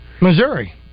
Missouri